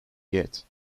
get